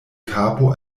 kapo